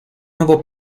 nuevo